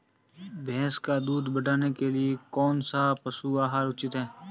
भैंस का दूध बढ़ाने के लिए कौनसा पशु आहार उचित है?